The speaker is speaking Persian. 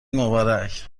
مبارک